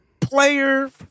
player